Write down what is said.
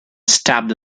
stabbed